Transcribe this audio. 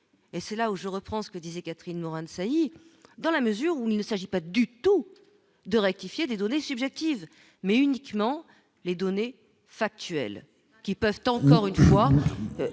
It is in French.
et c'est là où je reprends ce que disait Catherine Morin-de saillies dans la mesure où il ne s'agit pas du tout de rectifier des données subjectives, mais uniquement les données factuelles qui peuvent. Encore une fois